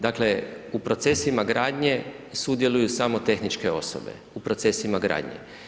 Dakle, u procesima gradnje sudjeluju samo tehničke osobe, u procesima gradnje.